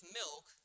milk